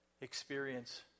experience